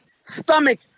stomach